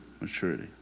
maturity